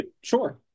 sure